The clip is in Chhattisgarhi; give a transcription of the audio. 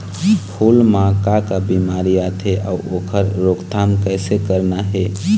फूल म का का बिमारी आथे अउ ओखर रोकथाम कइसे करना हे?